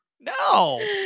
No